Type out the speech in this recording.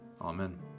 Amen